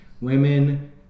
women